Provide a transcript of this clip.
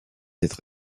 être